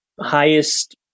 highest